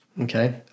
okay